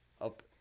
up